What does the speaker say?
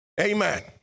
Amen